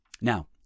Now